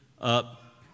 up